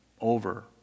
over